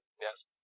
yes